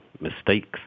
mistakes